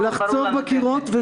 לחצוב בקירות.